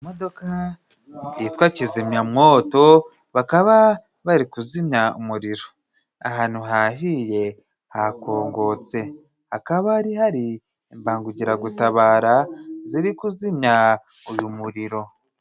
Imodoka yitwa kizimyamwoto, bakaba bari kuzimya umuriro. Ahantu hahiye hakongotse. Hakaba hari imbangukiragutabara ziri kuzimya uyu muriro.